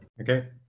Okay